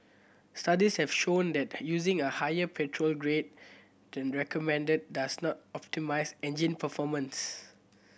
studies have shown that using a higher petrol grade than recommended does not optimise engine performance